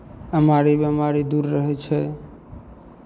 एमारी बेमारी दूर रहै छै